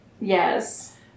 Yes